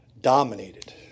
dominated